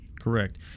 Correct